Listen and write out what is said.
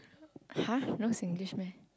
[huh] no Singlish meh